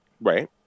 Right